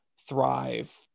thrive